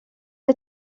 rez